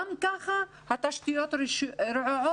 גם כך בישובים הערביים התשתיות רעועות.